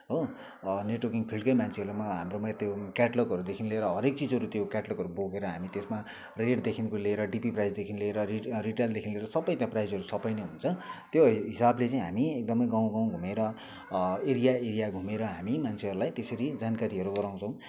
हो नेटवर्किङ फिल्डकै मान्छेहरूले म हाम्रोमै त्यो क्याटलकहरूदेखि लिएर हरेक चिजहरू त्यो क्याटलकहरू बोकेर हामी त्यसमा रेटदेखिनको लिएर डी पी प्राइजदेखि लिएर रिटेलदेखि लिएर सबै त्यहाँ प्राइजहरू सबै नै हुन्छ त्यो हिसाबले चाहिँ हामी एकदमै गाउँ गाउँ घुमेर एरिया एरिया घुमेर हामी मान्छेहरूलाई त्यसरी जानकारीहरू गराउँछौ